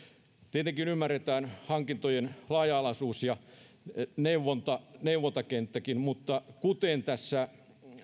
tietenkin ymmärretään hankintojen laaja alaisuus ja neuvontakenttäkin mutta kuten tässä